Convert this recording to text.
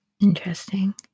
Interesting